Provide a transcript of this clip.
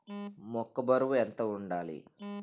మొక్కొ బరువు ఎంత వుండాలి?